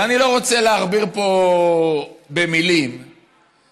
ואני לא רוצה להכביר פה מילים ולהגיד